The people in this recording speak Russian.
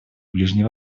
ближний